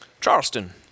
Charleston